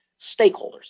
Stakeholders